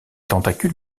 tentacules